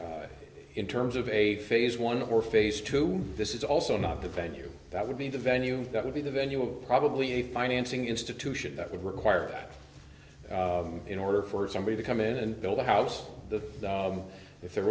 in terms of a phase one or phase two this is also not the venue that would be the venue that would be the venue of probably a financing institution that would require that in order for somebody to come in and build a house that if there